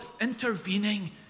intervening